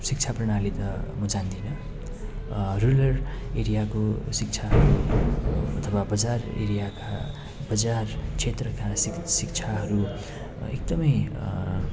शिक्षा प्रणाली त म जान्दिनँ रुरल एरियाको शिक्षा अथवा बजार एरियाका बजार क्षेत्रका शि शिक्षाहरू एकदमै